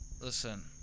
Listen